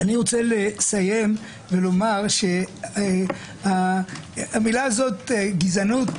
אני רוצה לסיים ולומר שהמילה הזאת "גזענות",